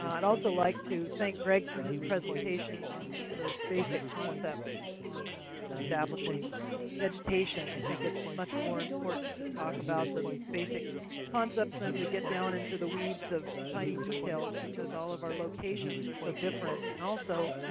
i'd also like to thank greg for his presentation on those basic concepts on establishing vegetation. i think it's much more important to talk about the basic concepts than to get down into the weeds of tiny details, because all of our locations are so different, and also,